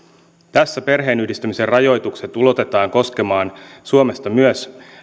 tässä perheenyhdistämisen rajoitukset ulotetaan koskemaan suomesta myös